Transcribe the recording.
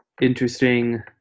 interesting